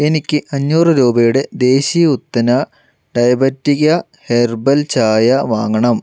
എനിക്ക് അഞ്ഞൂറ് രൂപയുടെ ദേശി ഉത്തന ഡയബെറ്റിക ഹെർബൽ ചായ വാങ്ങണം